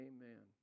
Amen